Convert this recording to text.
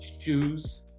shoes